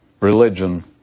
religion